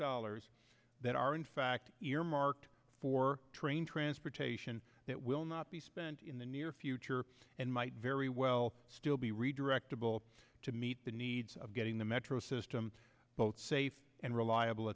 dollars that are in fact earmarked for train transportation that will not be spent in the near future and might very well still be redirected to meet the needs of getting the metro system both safe and reliable